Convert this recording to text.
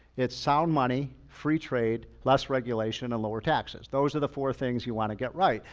it's sound money, free trade, less regulation, and lower taxes. those are the four things you wanna get right.